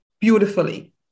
beautifully